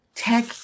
Tech